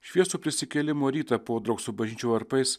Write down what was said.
šviesų prisikėlimo rytą podraug su bažnyčių varpais